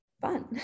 fun